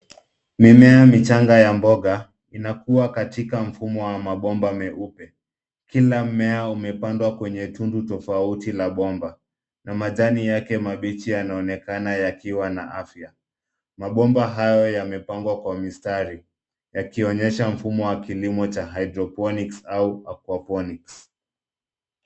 Mimea michanga ya mboga inakua katika mfumo wa mabomba meupe. Kila mmea umepandwa kwenye tundu tofauti la bomba na majani yake mabichi yanaonekana yakiwa na afya. Mabomba hayo yamepangwa kwa mistari yakionyesha mfumo wa kilimo cha hydroponics au aquaponics